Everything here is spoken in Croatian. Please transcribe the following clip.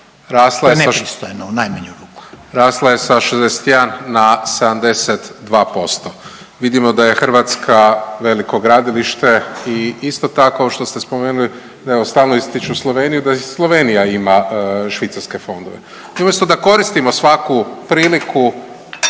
to je nepristojno u najmanju ruku./…